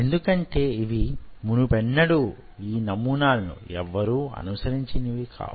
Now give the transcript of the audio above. ఎందుకంటే ఇవి మునుపెన్నడూ యీ నమూనాలు ఎవ్వరూ అనుసరించినవి కావు